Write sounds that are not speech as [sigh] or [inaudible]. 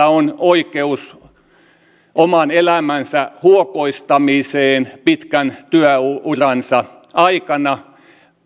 [unintelligible] on oikeus oman elämänsä huokoistamiseen pitkän työuransa aikana